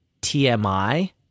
TMI